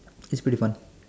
it's pretty fun